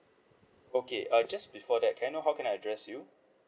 okay uh just before that can I know how can I address you